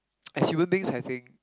as human beings I think